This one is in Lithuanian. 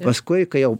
paskui kai jau